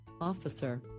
officer